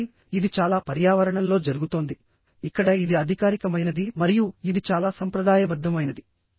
కాబట్టి ఇది చాలా పర్యావరణంలో జరుగుతోంది ఇక్కడ ఇది అధికారికమైనది మరియు ఇది చాలా సంప్రదాయబద్ధమైనది